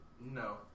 No